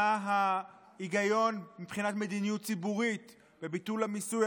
מה ההיגיון מבחינת מדיניות ציבורית בביטול המיסוי